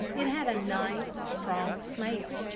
it had a nice, strong smell.